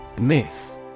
Myth